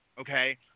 Okay